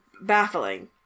baffling